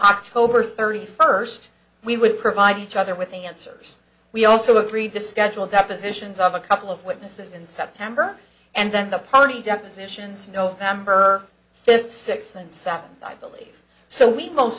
october thirty first we would provide each other with answers we also agreed to schedule depositions of a couple of witnesses in september and then the party depositions november fifth sixth and seventh i believe so we